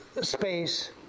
space